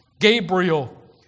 Gabriel